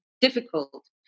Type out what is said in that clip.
difficult